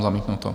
Zamítnuto.